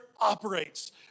operates